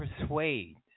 persuade